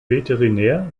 veterinär